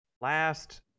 last